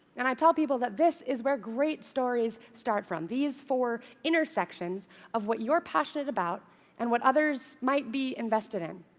and i tell people that this is where great stories start from these four intersections of what you're passionate about and what others might be invested in.